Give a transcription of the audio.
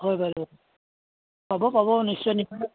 হয় বাৰু পাব পাব নিশ্চয় পাব